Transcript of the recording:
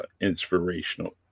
inspirational